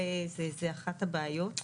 זה אחת הבעיות.